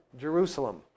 Jerusalem